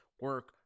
Work